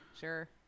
sure